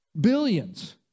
billions